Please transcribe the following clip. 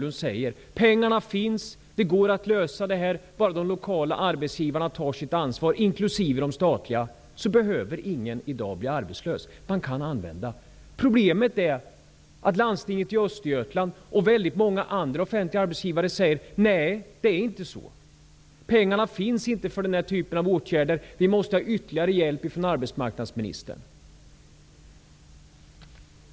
Han säger att pengarna finns och att ingen behöver bli arbetslös om de lokala arbetsgivarna -- inklusive de statliga -- tar sitt ansvar. Problemet är att landstinget i Östergötland och väldigt många andra offentliga arbetsgivare säger att det inte finns några pengar för denna typ av åtgärder och att de måste få ytterligare hjälp från arbetsmarknadsministern.